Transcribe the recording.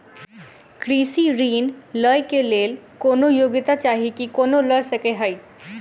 कृषि ऋण लय केँ लेल कोनों योग्यता चाहि की कोनो लय सकै है?